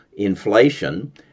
inflation